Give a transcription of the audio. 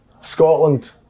Scotland